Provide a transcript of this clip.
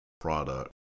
product